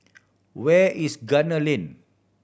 where is Gunner Lane